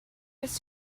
his